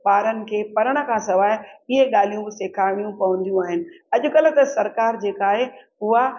ॿारनि खे पढंण खां सवाइ इहे ॻाल्हियूं सेखारणियूं पवंदियूं आहिनि अॼुकल्ह त सरकार जेका आहे उहा